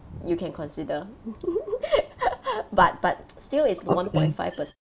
you can consider but but still it's one point five per